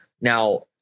Now